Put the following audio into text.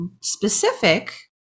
specific